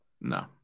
No